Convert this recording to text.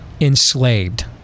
enslaved